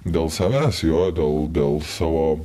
dėl savęs jo dėl dėl savo